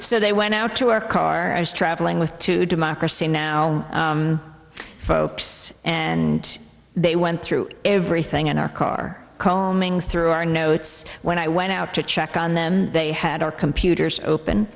so they went out to our car i was traveling with to democracy now folks and they went through everything in our car combing through our notes when i went out to check on them they had our computers open